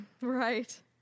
right